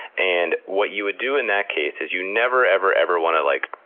and what you would do in that case is, you never ever, ever want to, like,